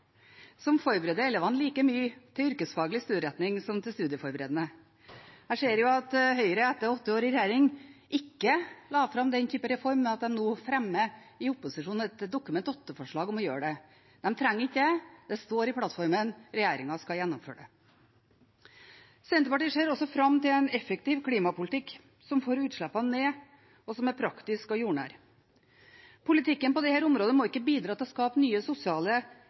som forbereder elevene like mye til yrkesfaglig studieretning som til studieforberedende. Jeg ser at Høyre på åtte år i regjering ikke la fram den typen reform, men at de nå – i opposisjon – fremmer et Dokument 8-forslag om å gjøre det. Det trenger de ikke – det står i plattformen, og regjeringen skal gjennomføre det. Senterpartiet ser også fram til en effektiv klimapolitikk som får utslippene ned, og som er praktisk og jordnær. Politikken på dette området må ikke bidra til å skape nye sosiale